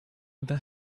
never